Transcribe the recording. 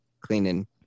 cleaning